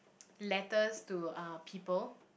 letters to uh people